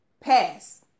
pass